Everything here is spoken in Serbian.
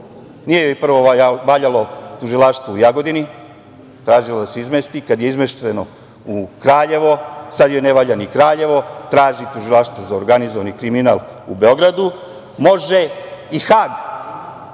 nije joj prvo valjalo tužilaštvo u Jagodini, tražila je da se izmesti. Kad je izmešteno u Kraljevo, sad joj ne valja ni Kraljevo, traži tužilaštvo za organizovani kriminal u Beogradu, može i Hag,